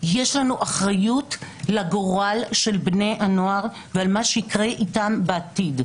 יש לנו אחריות לגורל של בני הנוער ועל מה שיקרה איתם בעתיד.